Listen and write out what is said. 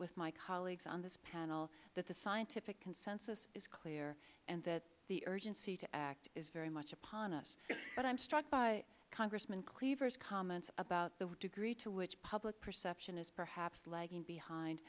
with my colleagues on this panel that the scientific consensus is clear and that the urgency to act is very much upon us but i am struck by congressman cleaver's comments about the degree to which public perception is perhaps lagging